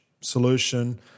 solution